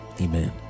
Amen